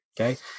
Okay